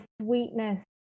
sweetness